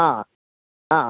ആ ആ